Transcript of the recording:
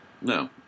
No